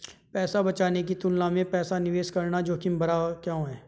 पैसा बचाने की तुलना में पैसा निवेश करना जोखिम भरा क्यों है?